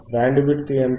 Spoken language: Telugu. బ్యాండ్ విడ్త్ ఎంత